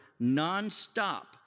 nonstop